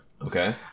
Okay